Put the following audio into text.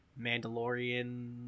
Mandalorian